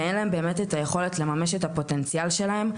ואין להם באמת את היכולת לממש את הפוטנציאל שלהם.